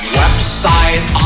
website